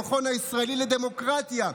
המכון הישראלי לדמוקרטיה,